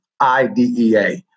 IDEA